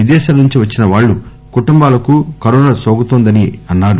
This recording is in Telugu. విదేశాల నుంచి వచ్చిన వాళ్ల కుటుంబాలకు కరోనా సోకుతోందన్నారు